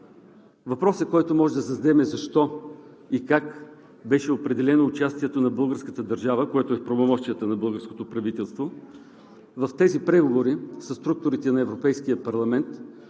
Въпросът, който можем да зададем, е: защо и как беше определено участието на българската държава, което е в правомощията на българското правителство, в тези преговори със структурите на Европейския парламент,